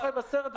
התש"ף-2020.